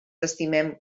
estimem